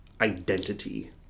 identity